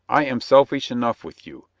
i am selfish enough with you.